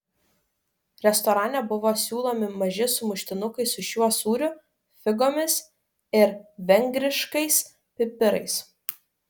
restorane buvo siūlomi maži sumuštinukai su šiuo sūriu figomis ir vengriškais pipirais